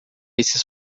esses